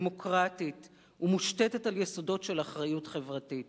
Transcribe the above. דמוקרטית ומושתת על יסודות של אחריות חברתית.